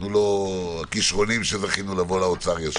אנחנו לא כישרוניים שזכינו לבוא לאוצר ישר.